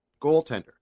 goaltender